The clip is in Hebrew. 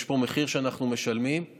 יש פה מחיר שאנחנו משלמים לשם